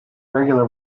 regular